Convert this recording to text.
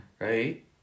right